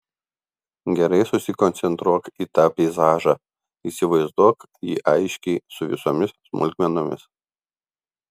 gerai susikoncentruok į tą peizažą įsivaizduok jį aiškiai su visomis smulkmenomis